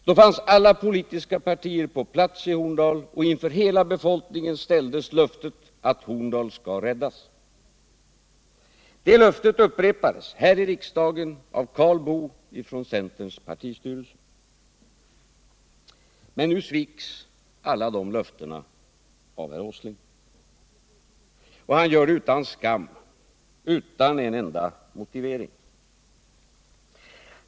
Då fanns alla politiska partier på plats i Horndal, och inför hela befolkningen ställdes löftet att Horndal skall räddas. Det löftet upprepades här i riksdagen av Karl Boo från centerns partistyrelse. Men nu sviks alla de löftena av herr Åsling. Och han gör det utan skam, utan en enda motivering.